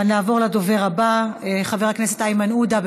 נעבור לדובר הבא, חבר הכנסת איימן עודה.